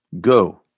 go